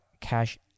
cash